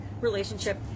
relationship